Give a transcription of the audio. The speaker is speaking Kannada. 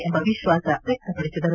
ಎಂಬ ವಿತ್ವಾಸ ವ್ಯಕ್ತ ಪಡಿಸಿದರು